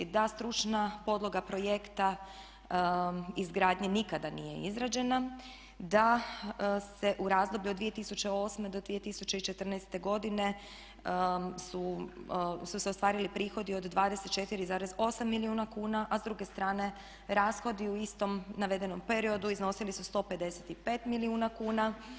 Da stručna podloga projekta izgradnje nikada nije izgrađena, da se u razdoblju od 2008. do 2014. godine su se ostvarili prihodi od 24,8 milijuna kuna a s druge strane rashodi u istom navedenom periodu iznosili su 155 milijuna kuna.